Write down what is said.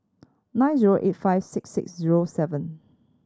nine zero eight five six six zero seven